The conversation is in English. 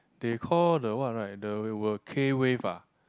they call the what right the were K wave ah